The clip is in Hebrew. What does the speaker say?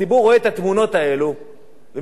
ומישהו חושב שזה פוגע בראש הממשלה,